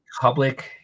public